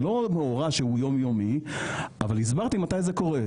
זה לא מאורע יומיומי אבל הסברתי מתי זה קורה,